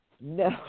No